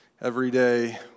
Everyday